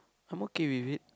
I'm okay with it